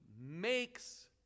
makes